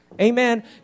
Amen